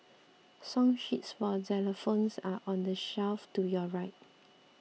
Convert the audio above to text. song sheets for xylophones are on the shelf to your right